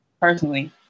personally